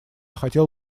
хотел